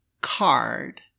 card